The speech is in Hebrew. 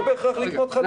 לא בהכרח לקנות ציוד חדש.